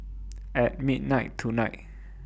At midnight tonight